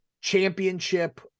championship